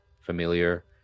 familiar